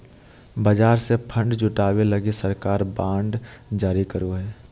बाजार से फण्ड जुटावे लगी सरकार बांड जारी करो हय